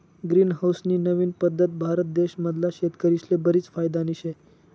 green house नी नवीन पद्धत भारत देश मधला शेतकरीस्ले बरीच फायदानी शे